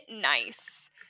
nice